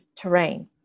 terrain